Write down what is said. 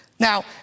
Now